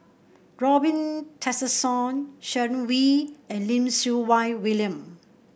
Robin Tessensohn Sharon Wee and Lim Siew Wai William